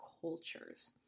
cultures